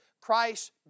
Christ